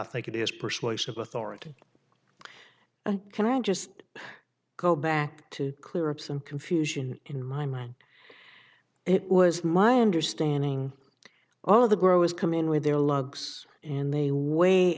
i think it is persuasive authority can i just go back to clear up some confusion in my mind it was my understanding all of the growers come in with their logs and they way